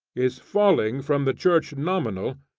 is falling from the church nominal,